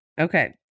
Okay